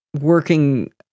working